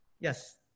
Yes